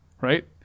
Right